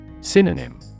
Synonym